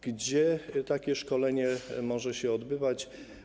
Gdzie takie szkolenie może się odbywać?